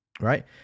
right